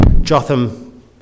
Jotham